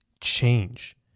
change